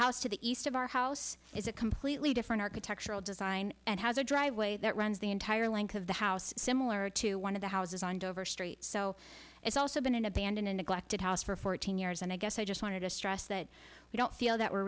house to the east of our house is a completely different architectural design and has a driveway that runs the entire length of the house similar to one of the houses on dover street so it's also been in a band in a neglected house for fourteen years and i guess i just wanted to stress that we don't feel that we're